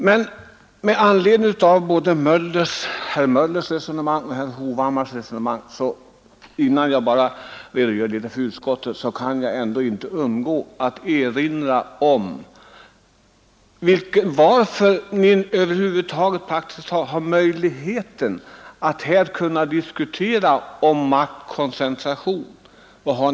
Med anledning av både herr Möllers och herr Hovhammars resonemang vill jag dock, innan jag redogör för utskottets ställning, erinra om orsaken till att ni över huvud taget har möjlighet att här diskutera om maktkoncentration.